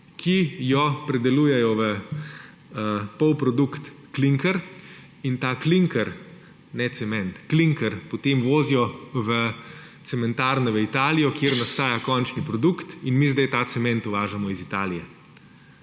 ki jo predelujejo v polprodukt klinker in ta klinker – ne cement, klinker – potem vozijo v cementarno v Italijo, kjer nastaja končni produkt in mi zdaj ta cement uvažamo iz Italije.